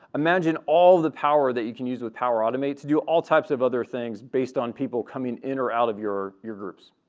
imagine all the power that you can use with power automate to do all types of other things based on people coming in or out of your your groups.